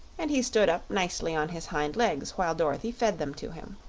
and he stood up nicely on his hind legs while dorothy fed them to him.